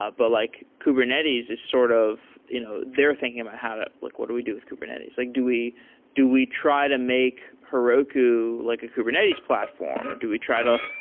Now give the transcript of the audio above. ah but like kubernetes is sort of you know they're thinking about how to, look, what do we do with kubernetes? like do we do we try to make heroku like a kubernetes platform, or do we try to,